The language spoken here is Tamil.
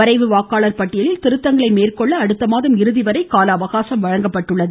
வரைவு வாக்காளர் பட்டியலில் திருத்தங்களை மேற்கொள்ள அடுத்த மாதம் இறுதி வரை கால அவகாசம் வழங்கப்பட்டுள்ளது